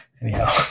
anyhow